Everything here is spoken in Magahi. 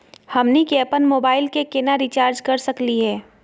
हमनी के अपन मोबाइल के केना रिचार्ज कर सकली हे?